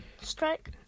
Strike